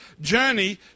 journey